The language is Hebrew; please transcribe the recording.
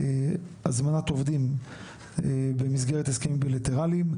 הזמנת עובדים במסגרת הסכמים בילטרליים,